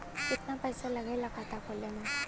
कितना पैसा लागेला खाता खोले में?